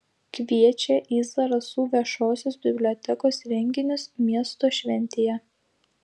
kviečia į zarasų viešosios bibliotekos renginius miesto šventėje